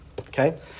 Okay